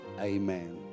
amen